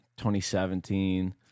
2017